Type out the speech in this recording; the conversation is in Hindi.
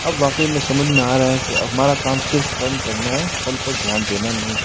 अब वाक़ई में समझ में आ रहा है कि हमारा काम सिर्फ़ कर्म करना है फल पर ध्यान देना नहीं है